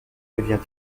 devient